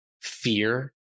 fear